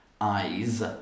eyes